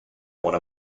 one